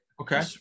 okay